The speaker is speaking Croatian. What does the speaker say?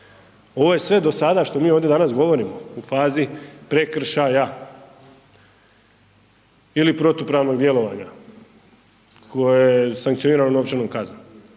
Ovo je sve do sada što mi ovdje danas govorimo u fazi prekršaja ili protupravnog djelovanja koje je sankcionirano novčanom kaznom,